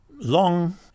long